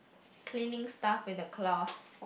cleaning stuff with the cloth